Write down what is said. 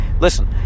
listen